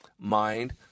mind